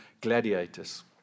gladiators